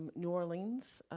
new orleans,